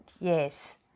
Yes